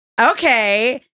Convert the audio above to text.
okay